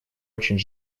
очень